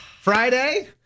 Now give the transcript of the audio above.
Friday